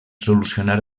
solucionar